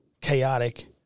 chaotic